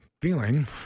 feeling